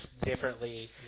differently